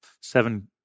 seven